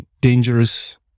dangerous